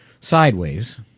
sideways